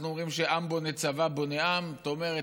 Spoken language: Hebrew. אנחנו אומרים שעם בונה צבא בונה עם, זאת אומרת,